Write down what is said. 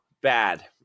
bad